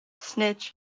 Snitch